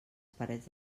parets